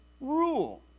rule